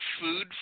food